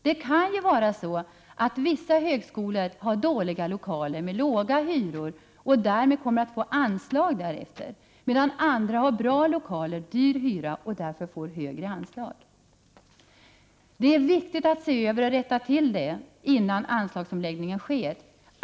Det kan ju vara så att vissa högskolor har dåliga lokaler med låga hyror och därmed får anslag därefter, medan andra har bra lokaler med hög hyra och därför får högre anslag. Det är viktigt att se över och rätta till detta innan anslagsomläggningen sker.